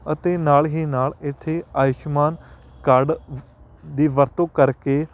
ਅਤੇ ਨਾਲ ਹੀ ਨਾਲ ਇੱਥੇ ਆਯੁਸ਼ਮਾਨ ਕਾਰਡ ਦੀ ਵਰਤੋਂ ਕਰਕੇ